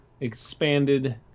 expanded